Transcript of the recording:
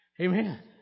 Amen